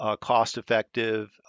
cost-effective